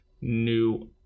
new